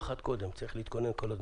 צריך להתכונן.